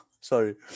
Sorry